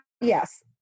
yes